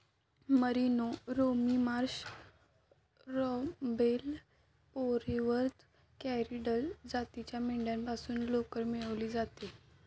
merino, Romney Marsh, Rambouillet, Polwarth, Corriedale जातीच्या मेंढ्यांपासून लोकर मिळवली जाते